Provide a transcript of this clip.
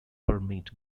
permit